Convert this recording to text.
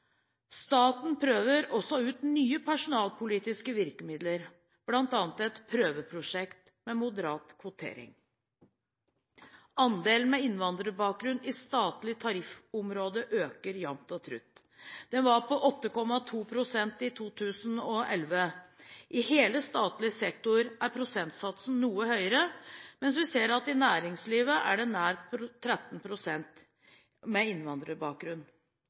Staten prøver også ut nye personalpolitiske virkemidler, bl.a. et prøveprosjekt med moderat kvotering. Andelen med innvandrerbakgrunn i statlig tariffområde øker jamt og trutt – den var på 8,2 pst. i 2011. I hele statlig sektor er prosentsatsen noe høyere, mens vi ser at det i næringslivet er nær 13 pst. med innvandrerbakgrunn.